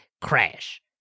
Crash